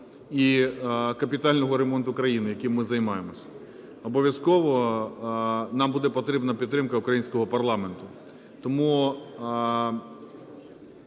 і капітального ремонту країни, яким ми займаємось. Обов'язково нам буде потрібна підтримка українського парламенту.